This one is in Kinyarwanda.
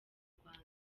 rwanda